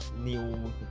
new